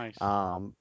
Nice